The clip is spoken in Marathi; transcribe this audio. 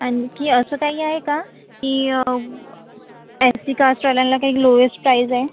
आणखी असं काही आहे का की एस सी कास्टवाल्यांना काही लोयेस्ट प्राईज आहे